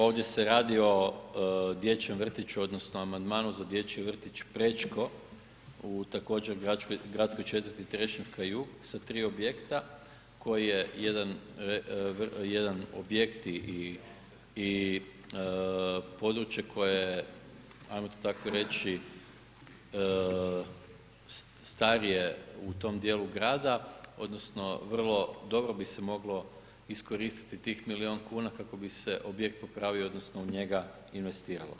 Ovdje se radi o dječjem vrtiću, odnosno amandmanu za Dječji vrtić Prečko u također, gradskoj četvrti Trešnjevka-Jug sa 3 objekta koje jedan objekt i područje koje, hajmo to tako reći, starije u tom dijelu grada odnosno vrlo dobro bi se moglo iskoristiti tih milijun kuna kako bi se objekt popravio odnosno u njega investiralo.